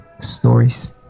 stories